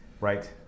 right